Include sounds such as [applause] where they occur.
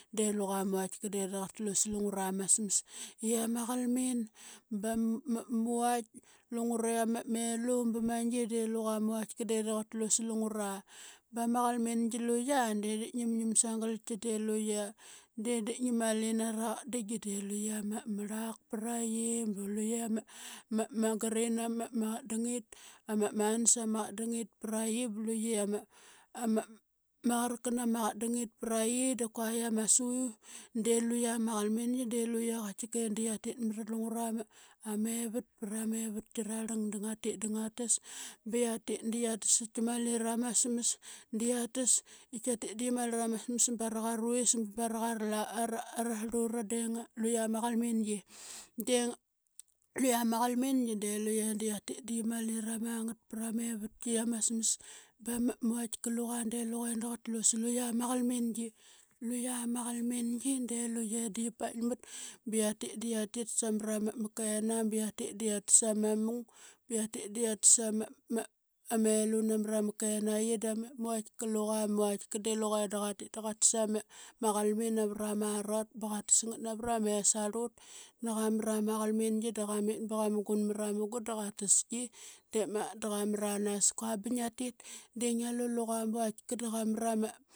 De luqa ma vaitka de da qa tlu sa lungura ma smas i ama qalmin ba ma [hesitation] muvaitk, lungure amelu ba ma qi de luqa ma vaitka de da qa tlu sa lungura. Ba ma qalmingi luqia de diip ngimngim sagal ki di luqe de di ngi mali nara qatdingi di luqe ama rlak paraqi ba luqe ama [hesitation] green ama, ma qatdangit [hesitation] ama nas ama qatdangit pra qi ba luqe ma ama amaqaraka nama qatdangit pra qi da kua i yiami su. De luqia ma qalmingi de luqia qatike da qia tit [unintelligible] pra mevarki rarlang da mngatit da ngatas, ba qia tit da qiatas. Ki mali rama smas da qiatas i kia tit da qia mali rama smas barak aravis ba barak [unintelligible] srlura. [unintelligible] Luqia ma qalmingi de luqe da qiatit da qia mali ramangat pra mevatki i ama smas ba ma vaitka luqa de da qa tlu sa luqia ma qalmingi. Luqia ma qalmingi de luqe da qia paikmat ba qia tit de tit ba samra ma kena ba qia tit da qia tas ama mung ba qia tit da qia tas ama [unintelligible] elu namra ma kenaqi. Da muvaitka luqa [hesitation] [unintelligible] de luqe da qatit da qatas ama qalmin namra marot ba qa tas ngat navra ma es arlut. [unintelligible] Qa mra ma qalmingi da qamit ba qa mugun mra ma munga da qataski dep magat da qamranas. Kua ba ngiatit de ngia lu luqa ma vaitka da qa mra ma.